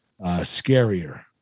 scarier